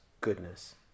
goodness